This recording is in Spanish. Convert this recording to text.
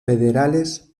federales